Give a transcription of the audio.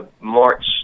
March